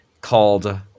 called